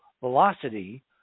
velocity